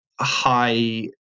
high